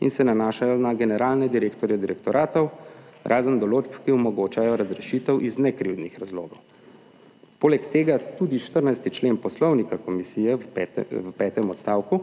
in se nanašajo na generalne direktorje direktoratov, razen določb, ki omogočajo razrešitev iz nekrivdnih razlogov. Poleg tega tudi 14. člen poslovnika komisije v petem odstavku